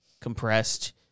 compressed